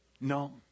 No